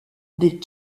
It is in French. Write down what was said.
des